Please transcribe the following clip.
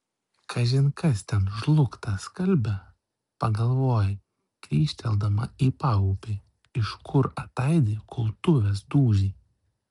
kažin kas ten žlugtą skalbia pagalvoja grįžteldama į paupį iš kur ataidi kultuvės dūžiai